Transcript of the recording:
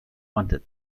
wanted